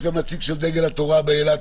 יש גם נציג של דגל התורה באילת,